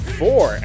four